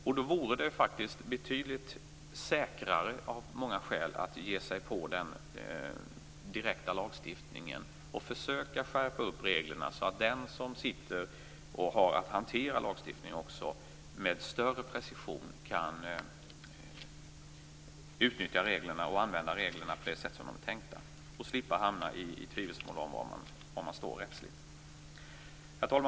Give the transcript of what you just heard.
Om det skall göras förändringar vore det betydligt säkrare av många skäl att ge sig på den direkta lagstiftningen och försöka skärpa reglerna, så att den som har att hantera lagstiftningen också med större precision kan utnyttja reglerna på det sätt som de är tänkta och slippa hamna i tvivelsmål om var man rättsligt står. Herr talman!